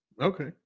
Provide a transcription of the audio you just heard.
Okay